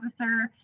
officer